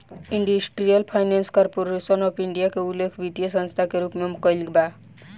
industrial finance corporation of India के उल्लेख वित्तीय संस्था के रूप में कईल बा